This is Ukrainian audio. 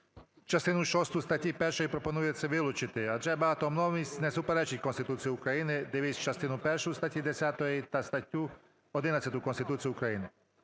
Частину шосту статті 1 пропонується вилучити, адже багатомовність не суперечить Конституції України (дивись частину першу статті 10 та статтю 11 Конституції України).